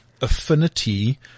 affinity